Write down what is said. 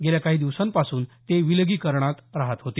गेल्या काही दिवसांपासून ते विलगीकरणात राहत होते